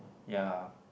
ya